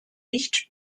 nicht